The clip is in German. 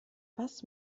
was